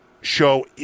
show